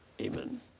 Amen